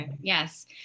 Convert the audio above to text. Yes